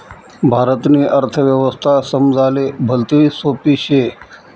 भारतनी अर्थव्यवस्था समजाले भलती सोपी शे